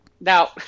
Now